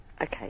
Okay